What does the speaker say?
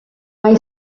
way